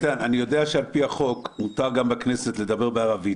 אני יודע שעל-פי החוק מותר לדבר בכנסת גם בערבית,